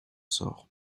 sort